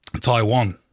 Taiwan